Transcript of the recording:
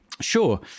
Sure